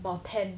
about ten